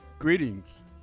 Greetings